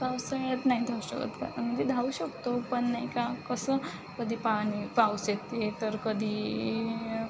पावसाळ्यात नाही धावू शकत म्हणजे धावू शकतो पण नाही का कसं कधी पाणी पाऊस येते तर कधी